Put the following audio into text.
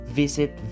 visit